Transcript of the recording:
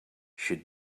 should